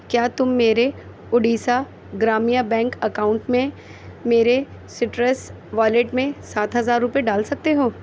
کیا تم میرے اوڈیسہ گرامیہ بینک اکاؤنٹ میں میرے سٹریس والیٹ میں سات ہزار روپے ڈال سکتے ہو